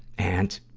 and,